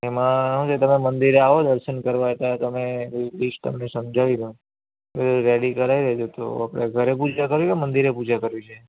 એમાં શું છે તમે મંદિરે આવો દર્શન કરવા એટલે તમે લિસ્ટ તમને સમજાવી દઉં એ રેડી કરાવી દેજો તો આપણે ઘરે પૂજા કરવી કે મંદિરે પૂજા કરવી છે